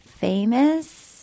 famous